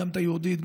גם היהודית,